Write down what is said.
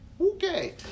Okay